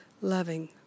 loving